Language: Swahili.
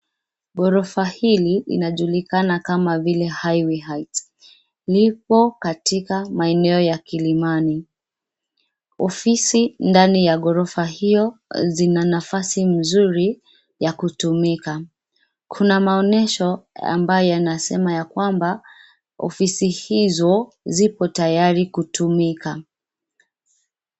Ghorofa hili, inajulikana kama vile Highway Heights. Lipo katika maeneo ya Kilimani. Ofisi ndani ya ghorofa hiyo, zina nafasi nzuri ya kutumika. Kuna maonesho ambayo yanasema ya kwamba, ofisi hizo zipo tayari kutumika.